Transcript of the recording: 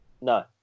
No